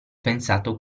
pensato